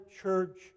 church